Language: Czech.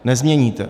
Nezměníte.